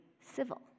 civil